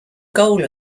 goal